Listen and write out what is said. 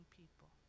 people